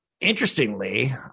Interestingly